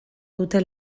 dute